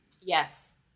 Yes